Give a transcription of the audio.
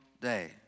day